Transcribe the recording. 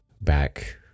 back